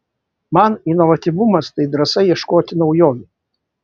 man inovatyvumas tai drąsa ieškoti naujovių